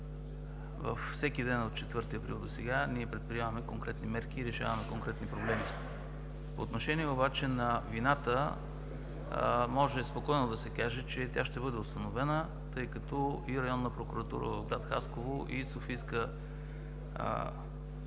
във всеки ден от 4 април до сега ние предприемаме конкретни мерки и решаваме конкретни проблеми. По отношение обаче на вината може спокойно да се каже, че тя ще бъде установена, тъй като и Районната прокуратура в град Хасково, и в София Върховната